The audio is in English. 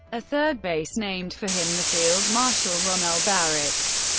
a third base named for him, the field marshal rommel barracks,